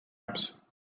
apps